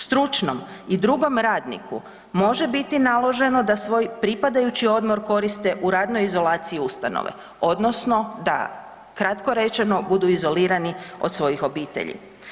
Stručnom i drugom radniku može biti naloženo da svoj pripadajući odmor koriste u radnoj izolaciji ustanove odnosno da, kratko rečeno, budu izolirani od svojih obitelji.